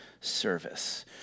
service